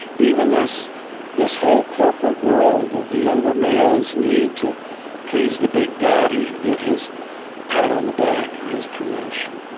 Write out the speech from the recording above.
even this this whole corporate world of the younger male's need to please the big daddy and get his pat on the back or his promotion